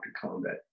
combat